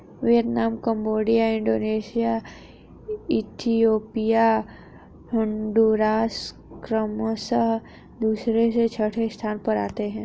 Vietnam Cambodia Indonesia Ethiopia Honduras क्रमशः दूसरे से छठे स्थान पर आते हैं